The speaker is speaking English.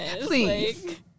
please